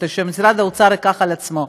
שמשרד האוצר ייקח על עצמו.